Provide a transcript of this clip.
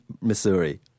Missouri